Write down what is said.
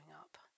up